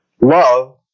love